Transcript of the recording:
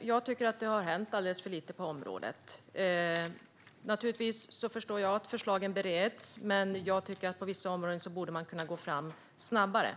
Jag tycker att det har hänt alldeles för lite på området. Jag förstår naturligtvis att förslagen bereds. Men på vissa områden borde man kunna gå fram snabbare.